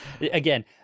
Again